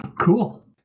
cool